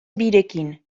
birekin